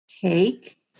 Take